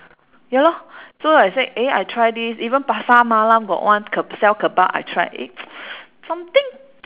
ya lor so I said eh I try this even pasar malam got one ke~ sell kebab I tried eh something